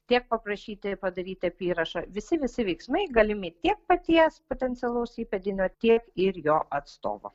tiek paprašyti padaryti apyrašą visi visi veiksmai galimi tiek paties potencialaus įpėdinio tiek ir jo atstovo